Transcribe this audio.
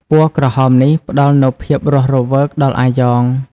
ពណ៌ក្រហមនេះផ្តល់នូវភាពរស់រវើកដល់អាយ៉ង។